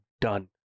done